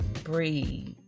breathe